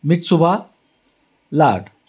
मत्सुबा लाड